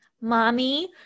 mommy